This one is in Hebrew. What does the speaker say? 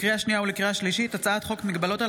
לקריאה שנייה ולקריאה שלישית: הצעת חוק מגבלות על